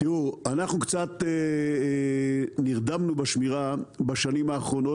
אנחנו קצת נרדמנו בשמירה בשנים האחרונות